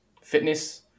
Fitness